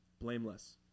blameless